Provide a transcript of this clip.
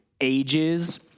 ages